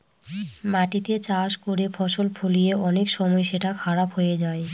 মাটিতে চাষ করে ফসল ফলিয়ে অনেক সময় সেটা খারাপ হয়ে যায়